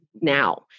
now